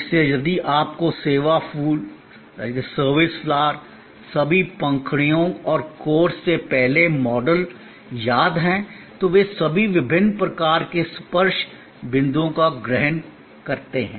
इसलिए यदि आपको सेवा फूल सभी पंखुड़ियों और कोर के पहले मॉडल याद है तो वे सभी विभिन्न प्रकार के स्पर्श बिंदुओं को ग्रहण करते हैं